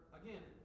again